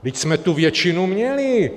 Vždyť jsme tu většinu měli.